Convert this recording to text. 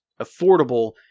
affordable